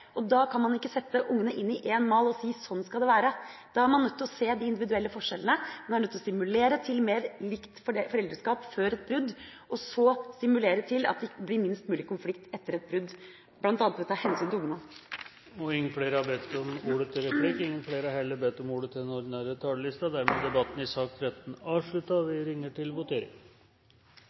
og da kan man ikke sette barna inn i én mal og si: Slik skal det være. Man er nødt til å se de individuelle forskjellene, stimulere til mer likt foreldreskap før et brudd og så stimulere til at det blir minst mulig konflikt etter et brudd, bl.a. ved å ta hensyn til barna. Flere har ikke bedt om ordet til sak nr. 13. Stortinget går da til votering